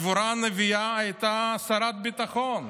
דבורה הנביאה הייתה שרת ביטחון.